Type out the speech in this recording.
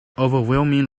overwhelming